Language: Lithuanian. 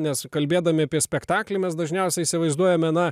nes kalbėdami apie spektaklį mes dažniausiai įsivaizduojame na